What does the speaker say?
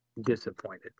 disappointed